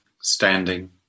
standing